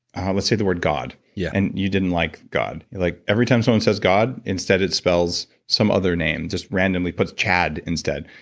let's say the word god, yeah and you didn't like god. like every time someone says god, instead it spells some other name, just randomly puts chad instead.